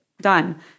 done